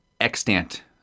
extant